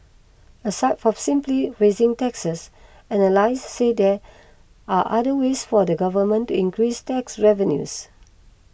aside from simply raising taxes analysts said there are other ways for the government to increase tax revenues